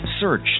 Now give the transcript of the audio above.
search